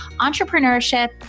entrepreneurship